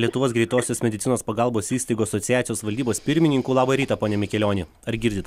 lietuvos greitosios medicinos pagalbos įstaigų asociacijos valdybos pirmininku labą rytą pone mikelioni ar girdit